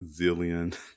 Zillion